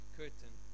curtain